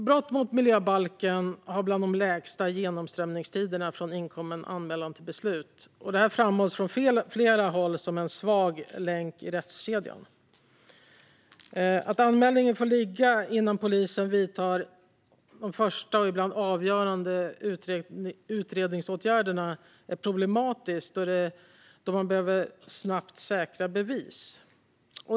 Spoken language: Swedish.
Brott mot miljöbalken har bland de längsta genomströmningstiderna från inkommen anmälan till beslut. Detta framhålls från flera håll som en svag länk i rättskedjan. Att anmälningar får ligga innan polisen vidtar de första och ibland avgörande utredningsåtgärderna är problematiskt, då man snabbt behöver säkra bevis.